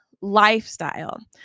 lifestyle